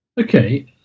Okay